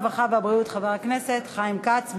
הרווחה והבריאות חבר הכנסת חיים כץ.